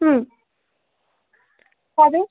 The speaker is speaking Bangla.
হুম হবে